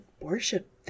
worship